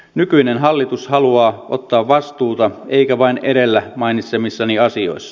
nykyinen hallitus haluaa ottaa vastuuta eikä vain edellä mainitsemissani asioissa